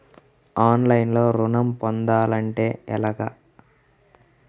ఆన్లైన్లో ఋణం పొందాలంటే ఎలాగా?